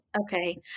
Okay